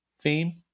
theme